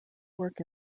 work